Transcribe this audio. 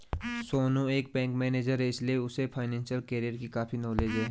सोनू एक bank manager है इसीलिए उसे फाइनेंशियल कैरियर की काफी नॉलेज है